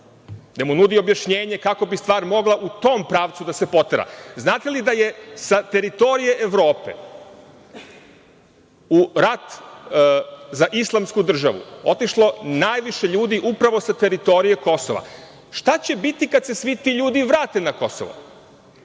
gde mu nudi objašnjenje kako bi stvar mogla u tom pravcu da se potera. Znate li da je sa teritorije Evrope u rat za islamsku državu otišlo najviše ljudi upravo sa teritorije Kosova? Šta će biti kada se svi ti ljudi vrate na Kosovo?